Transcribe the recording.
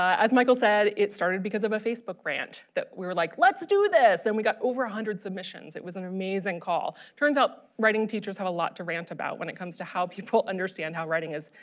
as michael said it started because of a facebook rant, that we were like let's do this and we got over a hundred submissions. it was an amazing call. turns out writing teachers have a lot to rant about when it comes to how people understand how writing is.